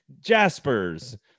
jaspers